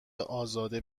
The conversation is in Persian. ازاده